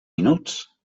minuts